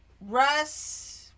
Russ